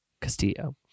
Castillo